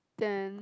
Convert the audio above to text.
then